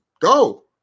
go